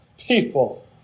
People